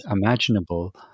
imaginable